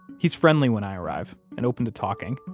he's friendly when i arrive and open to talking.